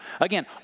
again